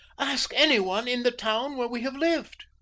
ask any one in the town where we have lived.